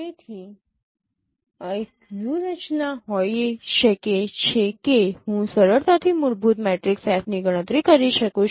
તેથી એક વ્યૂહરચના હોઇ શકે છે કે હું સરળતાથી મૂળભૂત મેટ્રિક્સ F ની ગણતરી કરી શકું છું